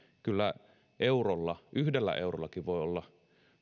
kyllä eurolla yhdellä eurollakin voi olla